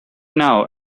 now